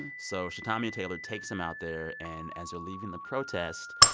so shetamia taylor takes them out there. and as they're leaving the protest,